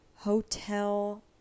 hotel